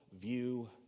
view